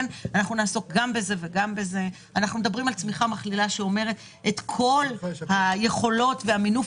אנחנו מדברים על צמיחה מכלילה שאומרת שאת כל היכולות והמינוף